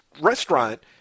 restaurant